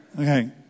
Okay